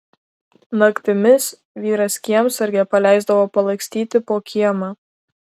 naktimis vyras kiemsargę paleisdavo palakstyti po kiemą